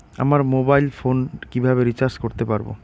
আমার mobile phone কিভাবে recharge করতে পারব?